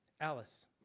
Alice